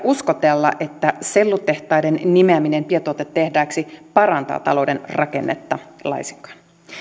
uskotella että sellutehtaiden nimeäminen biotuotetehtaiksi parantaa talouden rakennetta laisinkaan